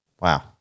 Wow